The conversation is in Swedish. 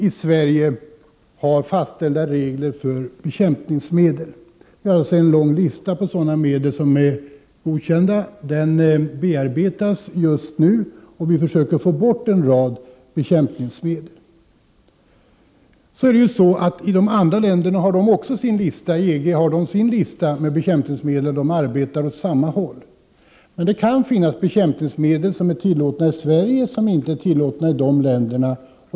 I Sverige har vi fastställda regler för bekämpningsmedel. Det finns en lång lista på sådana medel som är godkända. Den bearbetas just nu, och vi försöker få bort en rad bekämpningsmedel. Andra länder har sina listor. EG har t.ex. en lista, där man tar upp olika bekämpningsmedel. I dessa länder arbetar man åt samma håll som man gör i Sverige. Men det kan finnas bekämpningsmedel som är tillåtna i Sverige men som inte är tillåtna i andra länder.